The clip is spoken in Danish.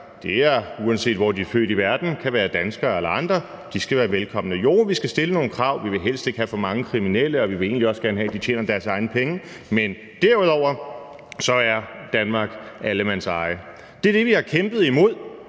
Mennesker, uanset hvor de er født i verden, det kan være danskere eller andre, skal være velkomne. Jo, vi skal stille nogle krav. Vi vil helst ikke have for mange kriminelle, og vi vil egentlig også godt have, at de tjener deres egne penge, men derudover er Danmark allemandseje. Det er det, vi har kæmpet imod